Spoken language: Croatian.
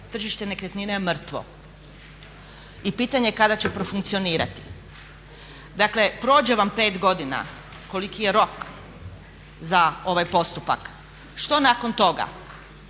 Tržište nekretnina je mrtvo i pitanje je kada će profunkcionirati. Dakle, prođe vam 5 godina koliki je rok za ovaj postupak što nakon toga,